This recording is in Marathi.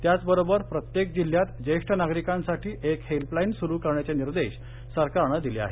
त्याच बरोबर प्रत्येक जिल्ह्यात ज्येष्ठ नागरिकांसाठी एक हेल्पलाईन सुरु करण्याचे निर्देश सरकारनं दिले आहेत